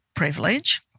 privilege